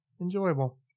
enjoyable